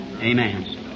amen